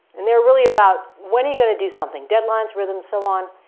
and they're really about, when are you going to do something deadlines, rhythms, so on.